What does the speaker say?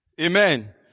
Amen